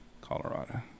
Colorado